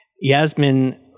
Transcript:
Yasmin